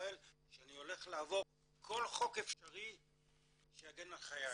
ישראל שאני הולך לעבור כל חוק אפשרי שיגן על חיי,